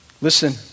Listen